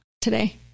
today